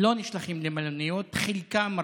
לא נשלחים למלוניות, רק חלקם,